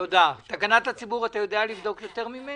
תקנת הציבור אתה יודע לבדוק יותר ממני?